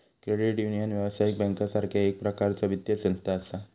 credit union, व्यावसायिक बँकेसारखा एक प्रकारचा वित्तीय संस्था असा